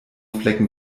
flecken